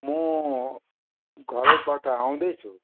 म घरबाट आउँदैछु